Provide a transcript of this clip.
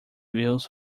views